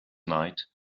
night